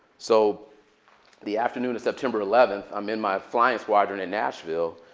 so the afternoon of september eleventh, i'm in my flying squadron in nashville.